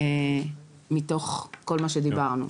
מתוך כל מה שדיברנו.